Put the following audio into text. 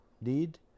need